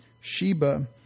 Sheba